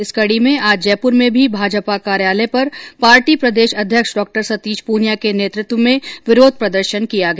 इस कडी में आज जयपुर में भी भाजपा कार्यालय पर पार्टी प्रदेश अध्यक्ष डॉ सतीश पूनिया के नेतृत्व में विरोध प्रदर्शन किया गया